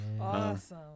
Awesome